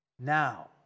now